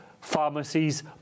pharmacies